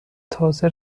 تازه